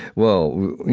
well,